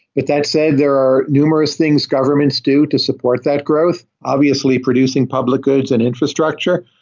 but that said, there are numerous things governments do to support that growth, obviously producing public goods and infrastructure.